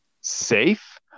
safe